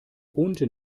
unten